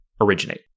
originate